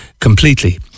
completely